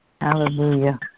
hallelujah